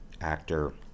actor